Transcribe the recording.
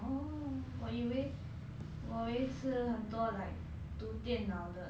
oh 我以为我以为是很多 like 读电脑的